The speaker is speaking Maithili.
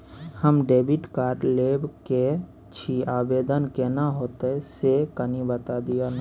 हम डेबिट कार्ड लेब के छि, आवेदन केना होतै से कनी बता दिय न?